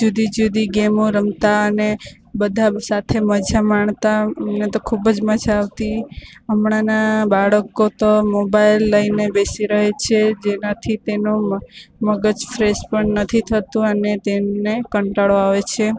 જુદી જુદી ગેમો રમતા અને બધાં સાથે મજા માણતા અમને તો ખૂબ જ મજા આવતી હમણાંના બાળકો તો મોબાઈલ લઈને બેસી રહે છે જેનાથી તેનો મ મગજ ફ્રેશ પણ નથી થતું અને તેમને કંટાળો આવે છે